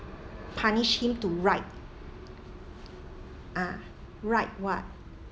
punish him to write ah write what